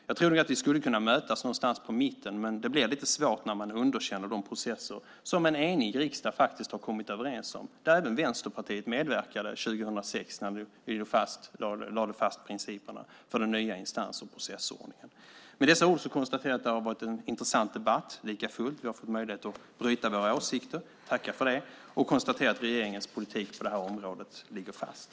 Jag trodde att vi skulle kunna mötas någonstans på mitten, men det blir lite svårt när man underkänner de processer som en enig riksdag har kommit överens om - även Vänsterpartiet medverkade 2006 när vi lade fast principerna för den nya instans och processordningen. Med dessa ord konstaterar jag att det likafullt har varit en intressant debatt. Vi har fått möjlighet att bryta våra åsikter. Jag tackar för det och konstaterar att regeringens politik på området ligger fast.